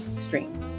stream